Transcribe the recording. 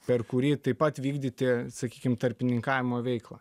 per kurį taip pat vykdyti sakykim tarpininkavimo veiklą